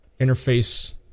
interface